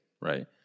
right